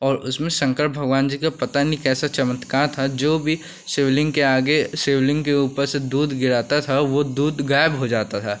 और उसमें शंकर भगवान जी का पता नहीं कैसा चमत्कार था कि जो भी शिवलिंग के आगे शिवलिंग के ऊपर से दूध गिराता था तो दूध गायब हो जाता था